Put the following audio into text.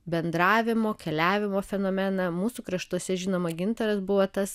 bendravimo keliavimo fenomeną mūsų kraštuose žinoma gintaras buvo tas